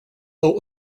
owe